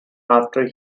after